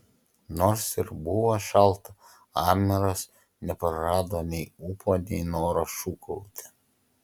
nors ir buvo šalta amiras neprarado nei ūpo nei noro šūkauti